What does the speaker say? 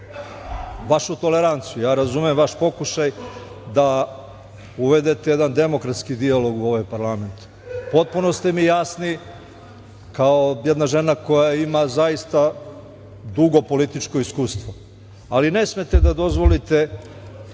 vašu toleranciju, ja razumem vaš pokušaj da uvedete jedan demokratski dijalog u ovaj parlament. Potpuno ste mi jasni, kao jedna žena koja ima zaista dugo političko iskustvo, ali ne smete da dozvolite